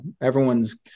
everyone's